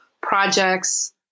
projects